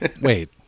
Wait